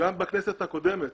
גם בכנסת הקודמת